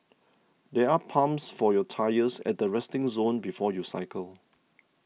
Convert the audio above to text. there are pumps for your tyres at the resting zone before you cycle